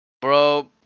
Bro